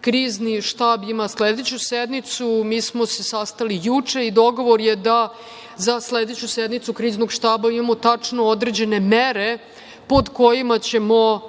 Krizni štab ima sledeću sednicu, mi smo se sastali juče i dogovor je da za sledeću sednicu Kriznog štaba imamo tačno određene mere pod kojima ćemo